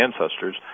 ancestors